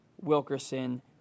Wilkerson